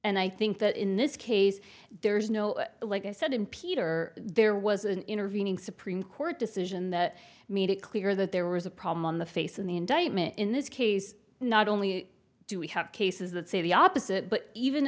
and i think that in this case there's no like i said in peter there was an intervening supreme court decision that meet it clear that there was a problem on the face of the indictment in this case not only do we have cases that say the opposite but even